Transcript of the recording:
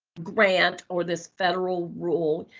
grant or this federal rule.